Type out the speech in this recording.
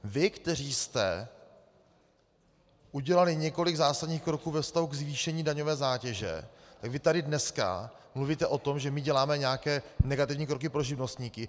Vy, kteří jste udělali několik zásadních kroků ve vztahu ke zvýšení daňové zátěže, vy tady dneska mluvíte o tom, že my děláme nějaké negativní kroky pro živnostníky.